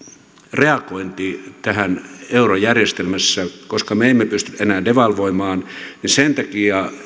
reagointi tähän eurojärjestelmässä koska me emme pysty enää devalvoimaan ja sen takia